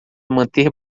manter